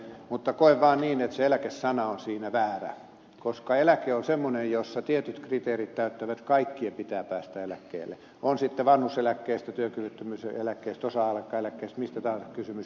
mutta koen vaan niin että se eläke sana on siinä väärä koska eläke on semmoinen missä kaikkien tietyt kriteerit täyttävien pitää päästä eläkkeelle on sitten vanhuuseläkkeestä työkyvyttömyyseläkkeestä osa aikaeläkkeestä mistä tahansa kysymys